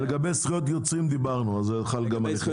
לגבי זכויות יוצרים דיברנו, וזה חל גם עליכם.